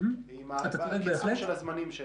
עם הקיצור של הזמנים שלה.